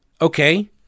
Okay